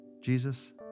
Jesus